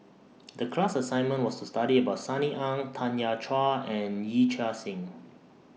The class assignment was to study about Sunny Ang Tanya Chua and Yee Chia Hsing